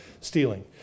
stealing